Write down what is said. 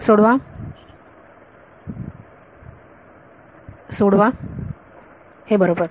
सोडवा हे बरोबर